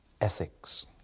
ethics –